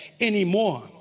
anymore